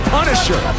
Punisher